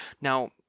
now